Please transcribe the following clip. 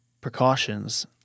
precautions